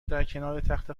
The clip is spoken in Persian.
درکنارتخت